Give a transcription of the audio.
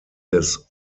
des